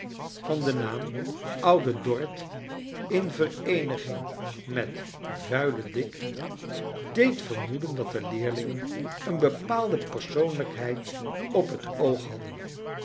van den naam oude dorrit in vereeniging met vuile dick deed vermoeden dat de leerlingen een bepaalde persoonlijkheid op het oog hadden